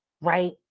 Right